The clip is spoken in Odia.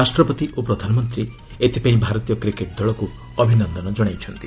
ରାଷ୍ଟ୍ରପତି ଓ ପ୍ରଧାନମନ୍ତ୍ରୀ ଏଥିପାଇଁ ଭାରତୀୟ କ୍ରିକେଟ୍ ଦଳକୁ ଅଭିନନ୍ଦନ ଜଣାଇଛନ୍ତି